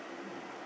uh